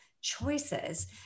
choices